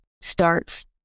starts